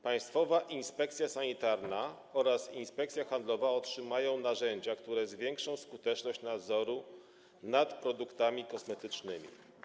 Państwowa Inspekcja Sanitarna oraz Inspekcja Handlowa otrzymają narzędzia, które zwiększą skuteczność nadzoru nad produktami kosmetycznymi.